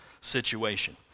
situation